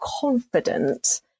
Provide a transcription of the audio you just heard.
confident